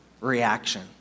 reaction